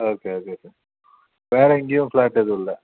okay okay sir வேற எங்கேயும் flat எதுவும் இல்லை